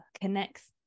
connects